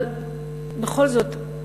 אבל בכל זאת,